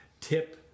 tip